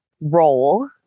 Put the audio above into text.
role